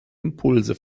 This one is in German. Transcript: impulse